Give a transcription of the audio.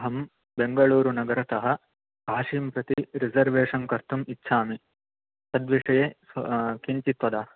अहं बेङ्गळूरु नगरतः काशीम् प्रति रिसेर्वेशन् कर्तुं इच्छामि तद्विषये किञ्चित् वद